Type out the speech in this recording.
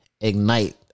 Ignite